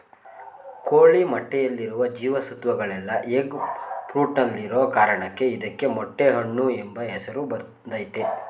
ಕೋಳಿ ಮೊಟ್ಟೆಯಲ್ಲಿರುವ ಜೀವ ಸತ್ವಗಳೆಲ್ಲ ಎಗ್ ಫ್ರೂಟಲ್ಲಿರೋ ಕಾರಣಕ್ಕೆ ಇದಕ್ಕೆ ಮೊಟ್ಟೆ ಹಣ್ಣು ಎಂಬ ಹೆಸರು ಬಂದಯ್ತೆ